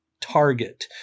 target